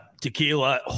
Tequila